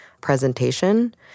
presentation